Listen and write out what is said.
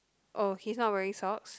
oh he's not wearing socks